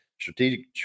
Strategic